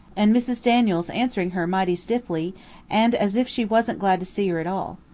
and mrs. daniels answering her mighty stiffly and as if she was'nt glad to see her at all.